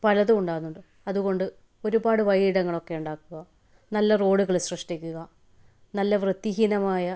പലതും ഉണ്ടാകുന്നുണ്ട് അതുകൊണ്ട് ഒരുപാട് വഴിയിടങ്ങളൊക്കെ ഉണ്ടാക്കുക നല്ല റോഡുകൾ സൃഷ്ടിക്കുക നല്ല വൃത്തിഹീനമായ